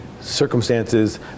circumstances